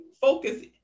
focus